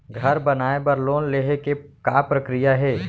घर बनाये बर लोन लेहे के का प्रक्रिया हे?